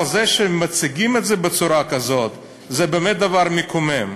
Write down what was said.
אבל מציגים את זה בצורה כזאת, וזה באמת דבר מקומם.